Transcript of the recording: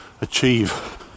achieve